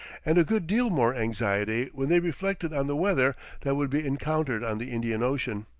and a good deal more anxiety when they reflected on the weather that would be encountered on the indian ocean.